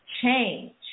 change